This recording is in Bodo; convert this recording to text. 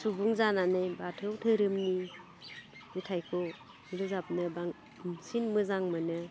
सुबुं जानानै बाथौ धोरोमनि मेथाइखौ रोजाबनो बांसिन मोजां मोनो